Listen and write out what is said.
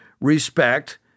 respect